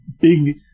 big